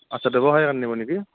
আচ্ছা নিব নেকি